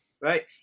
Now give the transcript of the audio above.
right